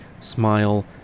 smile